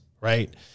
right